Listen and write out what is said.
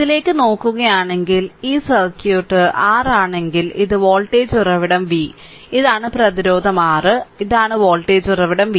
ഇതിലേക്ക് നോക്കുകയാണെങ്കിൽ ഈ സർക്യൂട്ട് r ആണെങ്കിൽ ഇത് വോൾട്ടേജ് ഉറവിടം v ഇതാണ് പ്രതിരോധം R ഇതാണ് വോൾട്ടേജ് ഉറവിടം v